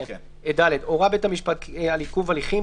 "(ד)הורה בית המשפט על עיכוב הליכים,